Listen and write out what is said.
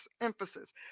emphasis